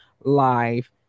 live